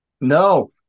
no